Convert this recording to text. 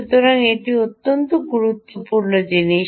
সুতরাং এটি অন্য গুরুত্বপূর্ণ জিনিস